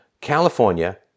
California